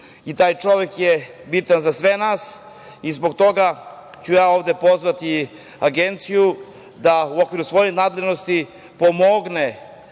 I taj čovek je bitan za sve nas. Zbog toga ću ja ovde pozvati Agenciju da u okviru svojih nadležnosti pomogne